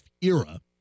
era